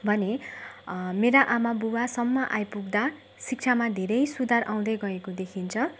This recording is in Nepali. भने मेरा आमा बुवासम्म आइपुग्दा शिक्षामा धेरै सुधार आउँदै गएको देखिन्छ